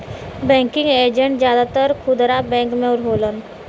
banking agent जादातर खुदरा bank में होलन